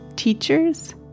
teachers